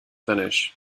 finish